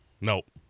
Nope